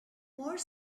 more